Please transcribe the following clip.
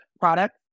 product